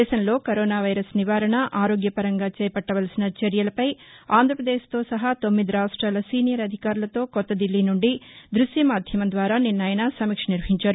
దేశంలో కరోనావైరస్ నివారణ ఆరోగ్యపరంగా చేపట్టవలసిన చర్యలపై ఆంధ్రాప్రదేశ్తో సహా తొమ్మిది రాష్ట్లల సీనియర్ అధికారులతో కొత్త ఢిల్లీ నుండి దృశ్య మాధ్యమం ద్వారా నిన్న ఆయన సమీక్ష నిర్వహించారు